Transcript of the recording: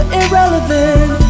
irrelevant